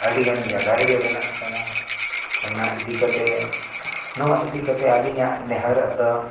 ᱟᱹᱰᱤᱜᱟᱱ ᱡᱟᱭᱜᱟ ᱨᱮᱜᱮ ᱵᱮᱱᱟᱜ ᱠᱟᱱᱟ ᱚᱱᱟ ᱤᱫᱤ ᱠᱟᱛᱮ ᱱᱚᱣᱟ ᱤᱫᱤ ᱠᱟᱛᱮ ᱟᱹᱞᱤᱧᱟᱜ ᱱᱮᱦᱚᱨᱚᱜ ᱫᱚ